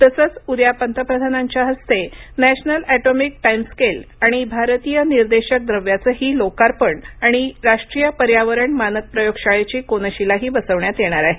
तसंच उद्या पंतप्रधानांच्या हस्ते नॅशनल एटॉमिक टाईमस्केल आणि भारतीय निर्देशक द्रव्याचंही लोकार्पण आणि राष्ट्रीय पर्यावरण मानक प्रयोगशाळेची कोनशिलाही बसवण्यात येणार आहे